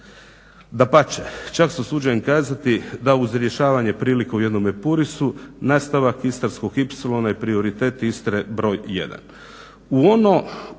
Dapače, čak se usuđujem ukazati da uz rješavanje prilika u jednome Purisu nastavak Istarskog ipsilona je prioritet Istre broj